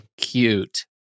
cute